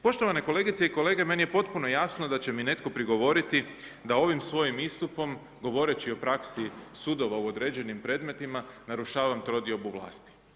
Poštovane kolegice i kolege, meni je potpuno jasno da će mi netko prigovoriti da ovim svojim istupom govoreći o praksi sudova u određenim predmetima, narušavam trodiobu vlasti.